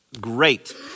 great